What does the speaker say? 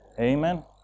Amen